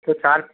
તો સારુ